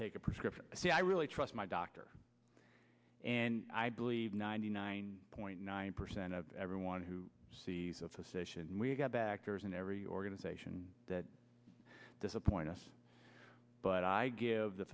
taking prescription i really trust my doctor and i believe ninety nine point nine percent of everyone who sees a physician we go back years in every organization that disappoint us but i give the